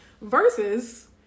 versus